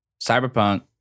Cyberpunk